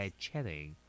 chatting